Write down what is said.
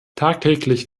tagtäglich